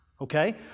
Okay